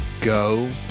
go